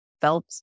felt